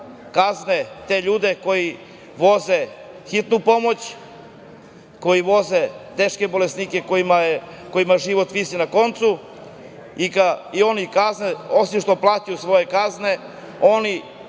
Kazne te ljude koji voze hitnu pomoć, koji voze teške bolesnike kojima život visi na koncu. Osim što plaćaju svoje kazne, oni